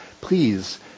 please